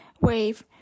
wave